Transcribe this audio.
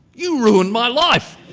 you ruined my life!